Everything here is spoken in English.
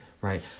right